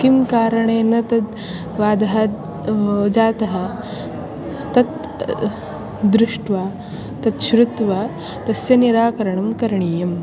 किं कारणेन तद् वादः जातः तत् दृष्ट्वा तत् श्रुत्वा तस्य निराकरणं करणीयम्